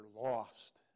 lost